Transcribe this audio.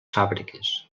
fàbriques